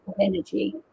energy